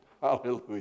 Hallelujah